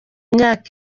imyaka